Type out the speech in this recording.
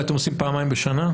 ואתם עושים פעמיים בשנה?